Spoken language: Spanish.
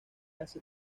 hace